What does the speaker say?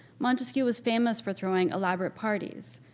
montesquiou was famous for throwing elaborate parties,